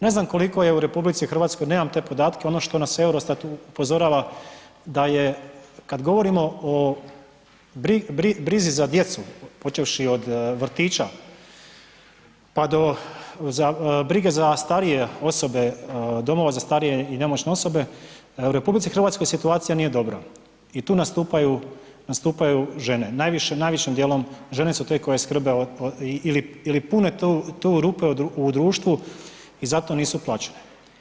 Ne znam koliko je u RH, nemam te podatke, ono što nas EUROSTAT upozorava da je kad govorimo o brizi za djecu, počevši od vrtića, pa do brige za starije osobe, domova za starije i nemoćne osobe, u RH situacija nije dobra i tu nastupaju žene, najvišim dijelom žene su te koje skrbe ili pune tu rupe u društvu i zato nisu plaćene.